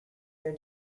year